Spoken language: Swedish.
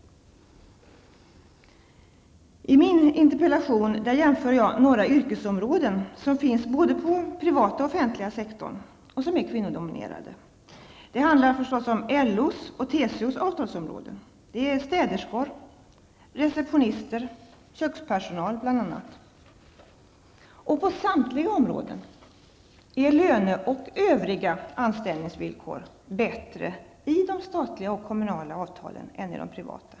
I min interpellation jämför jag några yrkesområden som är kvinnodominerade och finns både på den privata och den offentliga sektorn. Det handlar förstås om LOs och TCOs avtalsområden. Det gäller städerskor, receptionister, kökspersonal m.fl. På samtliga områden är löner och andra anställningsvillkor bättre i de statliga och kommunala avtalen än i de privata.